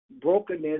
Brokenness